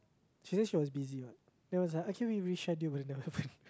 she say she was busy what then I was like okay we reschedule but she